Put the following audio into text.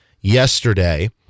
yesterday